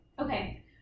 Okay